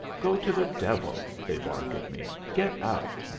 go to the devil! they bark at me. get out!